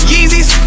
Yeezys